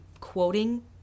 quoting